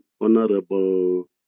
Honorable